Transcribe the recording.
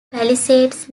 palisades